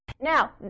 Now